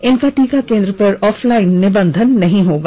इनका टीका केंद्र पर ऑफलाइन निबंधन नहीं होगा